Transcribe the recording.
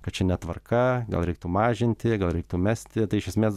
kad čia netvarka gal reiktų mažinti gal reiktų mesti tai iš esmės